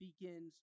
begins